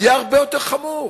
יהיה הרבה יותר חמור.